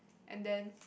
and then